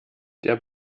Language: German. der